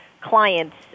clients